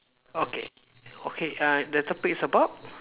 okay okay uh the topic is about